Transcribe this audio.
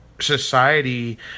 Society